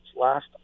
last